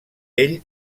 ell